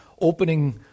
opening